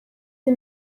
the